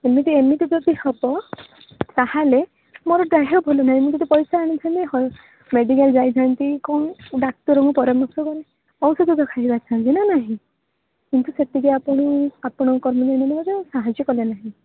ସେମିତି ଏମିତି ଯଦି ହବ ତା'ହେଲେ ମୋର ଦେହ ଭଲ ନାହିଁ ମୁଁ ଯଦି ପଇସା ଆଣିଥାନ୍ତି ହଁ ମେଡ଼ିକାଲ ଯାଇଥାନ୍ତି କେଉଁ ଡାକ୍ତରଙ୍କ ପରାମର୍ଶ ମାନେ ଔଷଧ ତ ଖାଇପାରିଥାନ୍ତି ନା ନାହିଁ କିନ୍ତୁ ସେତିକି ଆପଣଙ୍କ କର୍ମଚାରୀ ମାନେ ସାହାଯ୍ୟ କଲେ ନାହିଁ